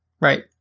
right